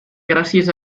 gràcies